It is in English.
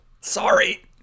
Sorry